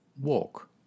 walk